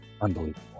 unbelievable